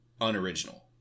unoriginal